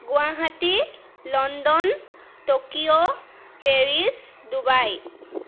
Guwahati London Tokyo Paris Dubai